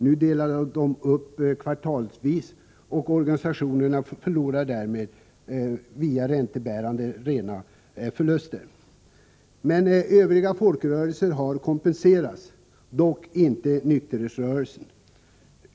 Nu delas det upp kvartalsvis, och organisationerna gör därmed via räntebärandet rena förluster. Övriga folkrörelser har kompenserats, dock inte nykterhetsrörelsen.